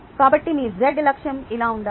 కాబట్టి మీ z అక్షం ఇలా ఉండాలి